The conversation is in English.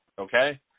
okay